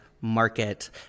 market